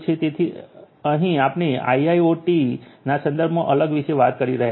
તેથી તમે અહીં આપણે IIoT ના સંદર્ભમાં અલગ વિશે વાત કરી રહ્યા છીએ